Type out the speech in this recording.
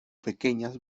pequeñas